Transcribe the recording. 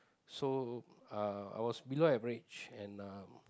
so uh I was below average and uh